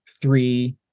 three